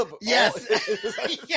yes